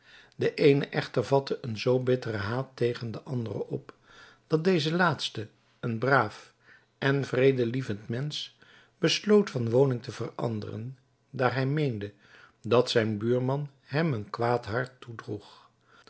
de eene echter vatte een zoo bitteren haat tegen den anderen op dat deze laatste een braaf en vredelievend mensch besloot van woning te veranderen daar hij meende dat zijn buurman hem een kwaad hart